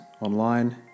online